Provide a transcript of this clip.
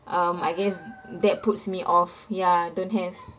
um I guess that puts me off ya don't have